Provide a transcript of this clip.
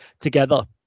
together